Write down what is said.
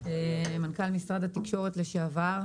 מנכ"ל משרד התקשורת לשעבר,